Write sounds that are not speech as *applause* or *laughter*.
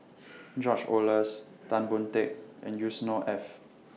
*noise* George Oehlers Tan Boon Teik and Yusnor Ef